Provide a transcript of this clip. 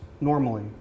Normally